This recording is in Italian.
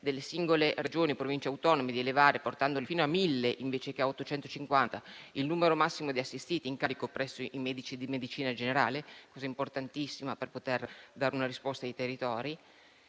per le singole Regioni e Province autonome di elevare, portandolo fino a mille invece che a 850, il numero massimo di assistiti in carico presso i medici di medicina generale: misura importantissima per poter dare una risposta ai territori.